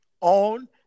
on